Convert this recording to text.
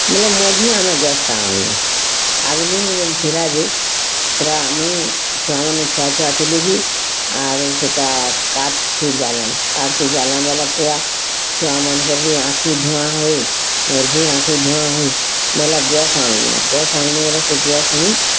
ବଲେ ମଝି ଆମେ ଗ୍ୟାସ୍ଟା ଆନ୍ଲୁଁ ଆଗ୍ଲିନୁ ଯେନ୍ ଥିଲା ଯେ ସେଟା ମୁଇଁ ଛୁଆମାନେ ଛୁଆ ଛୁଆ ଥିଲି ବି ଆରୁ ସେଟା କାଠ୍ ଥି ଜାଲେ କାଠ୍ ଥି ଜାଲେ ବେଲେ ପୁରା ଛୁଆମାନ୍କର୍ ବି ଆଖି ଧୂଆଁ ହୁଏ ମୋର୍ ବି ଆଖି ଧୂଆଁ ହୁଏ ବେଲେ ଗ୍ୟାସ୍ ଆନ୍ଲୁଁ ଗ୍ୟାସ୍ ଆନ୍ଲୁଁ ବେଲେ ସେ ଗ୍ୟାସ୍ନୁ